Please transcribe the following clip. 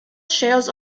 shares